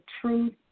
Truth